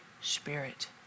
spirit